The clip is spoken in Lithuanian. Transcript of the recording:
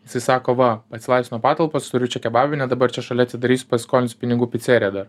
jisai sako va atsilaisvino patalpos turiu čia kebabinę dabar čia šalia atsidarysiu pasiskolinsiu pinigų piceriją dar